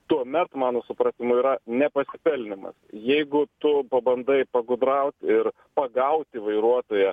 tuomet mano supratimu yra ne pasipelnymas jeigu tu pabandai pagudrauti ir pagauti vairuotoją